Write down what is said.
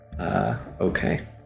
Okay